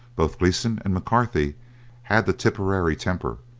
both gleeson and mccarthy had the tipperary temper,